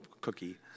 cookie